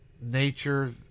nature